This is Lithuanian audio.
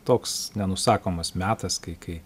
toks nenusakomas metas kai kai